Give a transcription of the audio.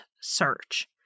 search